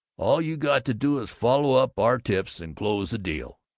all you got to do is follow up our tips and close the deal.